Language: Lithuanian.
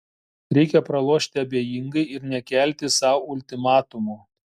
reikia pralošti abejingai ir nekelti sau ultimatumų